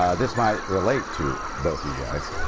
ah this might relate to both you guys.